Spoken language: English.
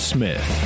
Smith